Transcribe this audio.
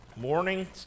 morning